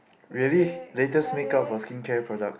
really latest makeup masking chair product